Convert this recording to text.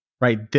Right